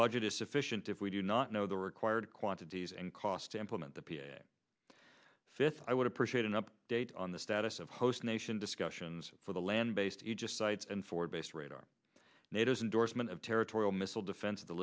budget is sufficient if we do not know the required quantities and cost to implement the p a fifth i would appreciate an update on the status of host nation discussions for the land based just sites and forward based radar nato's indorsement of territorial missile defense of the